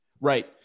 right